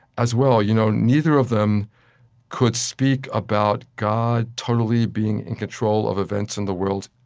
as well. you know neither of them could speak about god totally being in control of events in the world.